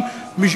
הייתה מטרה לחוק,